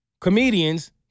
comedians